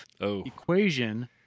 equation